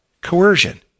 coercion